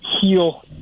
heal